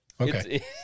Okay